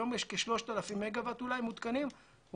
היום יש כ-3,000 מגוואט מותקנים אנחנו